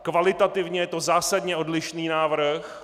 Kvalitativně je to zásadně odlišný návrh.